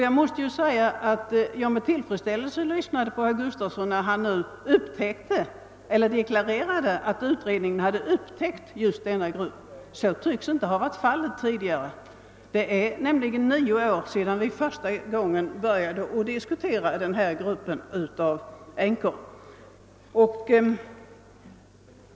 Jag måste säga att jag med tillfredsställelse lyssnade till herr Gustavsson i Alvesta när han deklarerade att utredningen upptäckt just denna grupp. Så tycks tidigare inte ha varit fallet. Det är nämligen nio år sedan vi första gången började diskutera just denna grupp av änkor.